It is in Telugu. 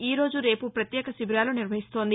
ఈరోజు రేపు పత్యేక శిబిరాలు నిర్వహిస్తోంది